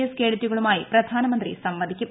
S കേഡറ്റുകളുമായി പ്രധാനമന്ത്രി സംവദിക്കും